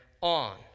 on